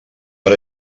per